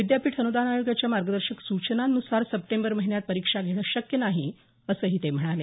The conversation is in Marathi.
विद्यापीठ अनुदान आयोगाच्या मार्गदर्शक सूचनांन्सार सप्टेंबर महिन्यात परीक्षा घेणं शक्य नाही असं ते म्हणाले